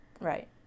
right